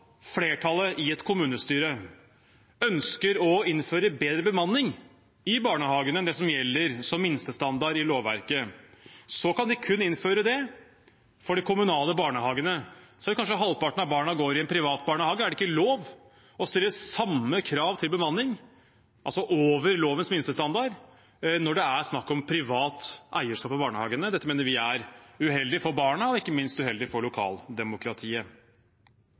flertallet i et kommunestyre ønsker å innføre bedre bemanning i barnehagene enn det som gjelder som minstestandard i lovverket, kan de kun innføre det for de kommunale barnehagene. Hvis kanskje halvparten av barna går i en privat barnehage, er det ikke lov å stille samme krav til bemanning, altså over lovens minstestandard, når det er snakk om privat eierskap av barnehagene. Dette mener vi er uheldig for barna og ikke minst for lokaldemokratiet.